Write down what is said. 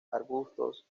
arbustos